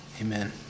Amen